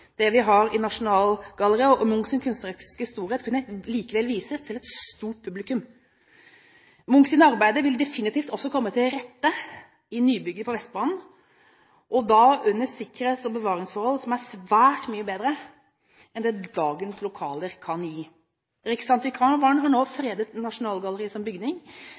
det vi har i Nasjonalgalleriet, og Munchs kunstneriske storhet kunne likevel vises til et stort publikum. Munchs arbeider vil definitivt også komme til sin rett i nybygget på Vestbanen, og da under sikkerhets- og bevaringsforhold som er svært mye bedre enn det som dagens lokaler kan gi. Riksantikvaren har nå fredet Nasjonalgalleriet som bygning.